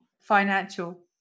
financial